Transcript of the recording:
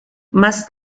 más